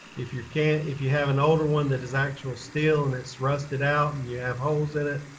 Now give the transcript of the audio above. if your can, if you have an older one that is actual steel and it's rusted out and you have holes in it,